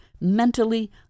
mentally